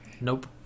Nope